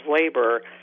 labor